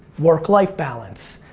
work life balance,